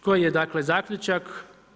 Koji je dakle zaključak?